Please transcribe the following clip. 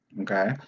Okay